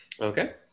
Okay